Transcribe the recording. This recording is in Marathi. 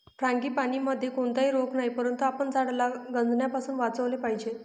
फ्रांगीपानीमध्ये कोणताही रोग नाही, परंतु आपण झाडाला गंजण्यापासून वाचवले पाहिजे